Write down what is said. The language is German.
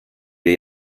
wir